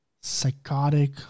psychotic